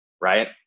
right